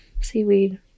seaweed